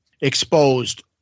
Exposed